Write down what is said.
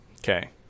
Okay